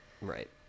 Right